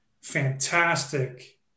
fantastic